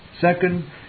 Second